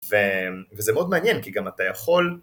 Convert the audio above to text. וזה מאוד מעניין כי גם אתה יכול